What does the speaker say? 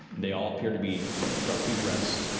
they all appear to be darkly dressed,